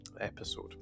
episode